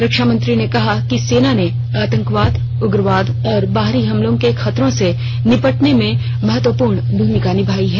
रक्षा मंत्री कहा कि सेना ने आतंकवाद उग्रवाद और बाहरी हमर्लो के खतरों से निपटने में महत्वपूर्ण भूमिका निभाई है